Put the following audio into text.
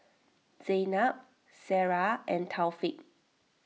Zaynab Sarah and Taufik